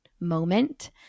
moment